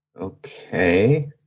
Okay